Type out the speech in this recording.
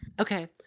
okay